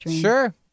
Sure